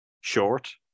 short